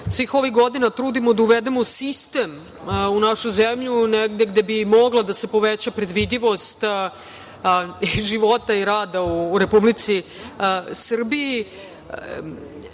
svih ovih godina trudimo da uvedemo sistem u našu zemlju, negde gde bi mogla da se poveća predvidivost života i rada u Republici Srbiji,